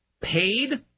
Paid